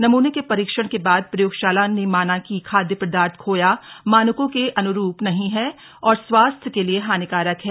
नमूने के परीक्षण के बाद प्रयोगशाला ने माना की खाद्य पदार्थ खोया मानकों के अन्रुप नहीं है और स्वास्थ्य के लिए हानिकारक है